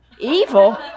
Evil